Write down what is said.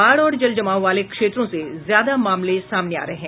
बाढ़ और जल जमाव वाले क्षेत्रों से ज्यादा मामले सामने आ रहे हैं